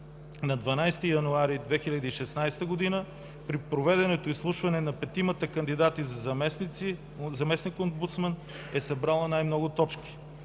на 12 януари 2016 г., при проведеното изслушване на петимата кандидати за заместник-омбудсман, е събрала най-много точки.